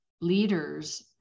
leaders